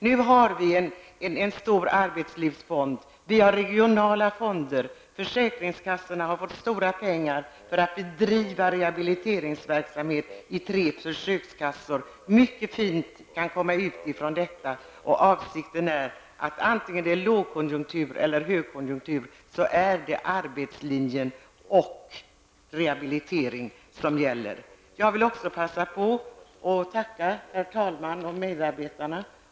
För närvarande finns det ju en stor arbetslivsfond och regionala fonder. Dessutom har försäkringskassorna fått stora summor för att personalen vid tre kassor på försök skall kunna bedriva rehabiliteringsverksamhet. Jag tror att det finns mycket fint som kan komma ut av detta. Avsikten med det här är att det, oberoende av om det är lågkonjunktur eller högkonjunktur, är arbetslinjen och rehabiliteringen som gäller. Jag vill passa på att tacka herr talmannen och dennes medarbetare.